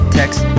text